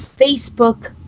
Facebook